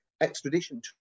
extradition